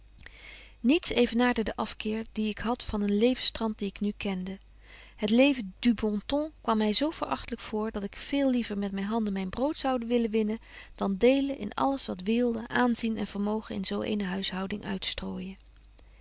niets evenaarde den afkeer dien ik had van een levenstrant die ik nu kende het leven du bon ton kwam my zo verachtlyk voor dat ik veel liever met myn betje wolff en aagje deken historie van mejuffrouw sara burgerhart handen myn brood zoude willen winnen dan delen in alles wat weelde aanzien en vermogen in zo eene huishouding uitstrooijen